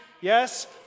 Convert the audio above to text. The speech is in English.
Yes